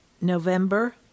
November